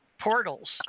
portals